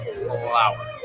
flower